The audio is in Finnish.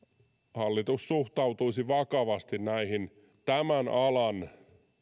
hallitus suhtautuisi vakavasti näihin tämän alan